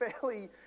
fairly